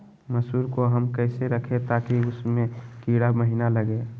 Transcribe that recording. मसूर को हम कैसे रखे ताकि उसमे कीड़ा महिना लगे?